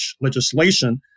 legislation